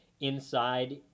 inside